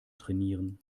trainieren